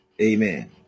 Amen